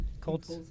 Colts